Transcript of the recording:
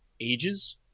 ages